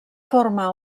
forma